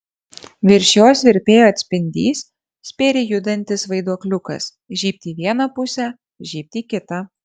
virš jos virpėjo atspindys spėriai judantis vaiduokliukas žybt į vieną pusę žybt į kitą